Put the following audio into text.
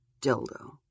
dildo